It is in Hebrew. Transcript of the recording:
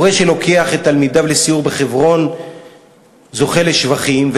מורה שלוקח את תלמידיו לסיור בחברון זוכה לשבחים,